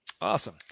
Awesome